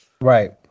Right